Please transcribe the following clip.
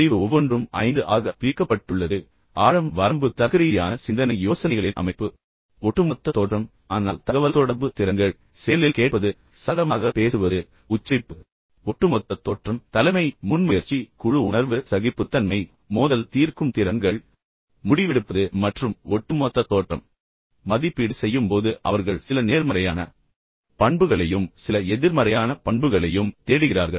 அறிவு ஒவ்வொன்றும் 5 ஆக பிரிக்கப்பட்டுள்ளது ஆழம் வரம்பு தர்க்கரீதியான சிந்தனை யோசனைகளின் அமைப்பு ஒட்டுமொத்த தோற்றம் ஆனால் தகவல்தொடர்பு திறன்கள் செயலில் கேட்பது சரளமாக பேசுவது உச்சரிப்பு ஒட்டுமொத்த தோற்றம் தலைமை முன்முயற்சி குழு உணர்வு சகிப்புத்தன்மை மோதல் தீர்க்கும் திறன்கள் முடிவெடுப்பது மற்றும் பின்னர் ஒட்டுமொத்த தோற்றம் இப்போது மதிப்பீடு செய்யும் போது அவர்கள் சில நேர்மறையான பண்புகளையும் சில எதிர்மறையான பண்புகளையும் தேடுகிறார்கள்